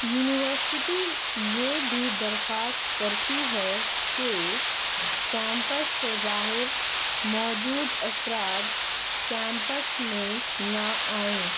university یہ بھی درخواست کرتی ہے کہ کیمپس سے باہر موجود افراد کیمپس میں نہ آئیں